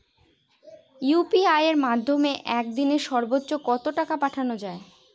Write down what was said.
UPI এর মাধ্যমে এক দিনে সর্বচ্চ কত টাকা পাঠানো যায়?